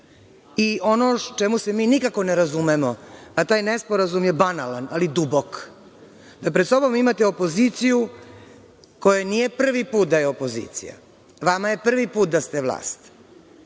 Ono u čemu se mi nikako ne razumemo, a taj nesporazum je banalan, ali dubok, da pred sobom imate opoziciju kojoj nije prvi put da je opozicija. Vama je prvi put da ste vlast.